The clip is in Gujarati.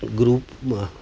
ગ્રૂપમાં